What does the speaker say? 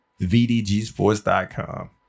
vdgsports.com